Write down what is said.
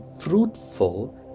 fruitful